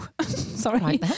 Sorry